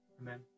Amen